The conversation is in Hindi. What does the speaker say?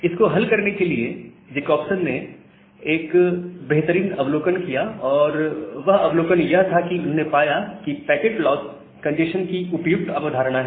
इसको हल करने के लिए जकोब्सन ने एक बेहतरीन अवलोकन किया और वह अवलोकन यह था कि उन्होंने पाया कि पैकेट लॉस कंजेस्शन की उपयुक्त अवधारणा है